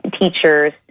teachers